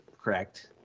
correct